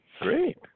Great